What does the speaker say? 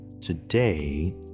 today